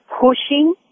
pushing